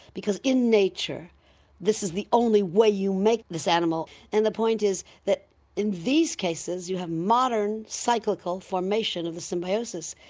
because in nature this is the only way you make this animal, and the point is that in these cases you have modern cyclical formation of a symbiosis.